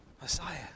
Messiah